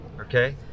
okay